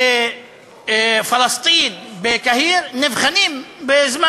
בפלסטין, בקהיר, נבחנים בזמן